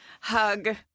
hug